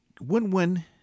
win-win